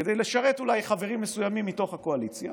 כדי לשרת אולי חברים מסוימים מתוך הקואליציה,